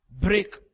break